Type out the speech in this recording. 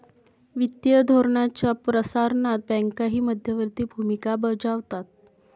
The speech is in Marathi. वित्तीय धोरणाच्या प्रसारणात बँकाही मध्यवर्ती भूमिका बजावतात